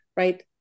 right